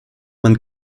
man